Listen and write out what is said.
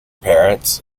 parrots